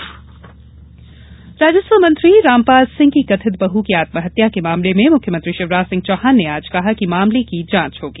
राजस्व मंत्री राजस्व मंत्री रामपाल सिंह की कथित बहू की आत्महत्या के मामले में मुख्यमंत्री शिवराज सिंह चौहान ने आज कहा कि मामले की जांच होगी